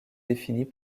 définies